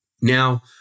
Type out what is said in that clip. Now